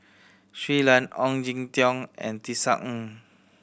Shui Lan Ong Jin Teong and Tisa Ng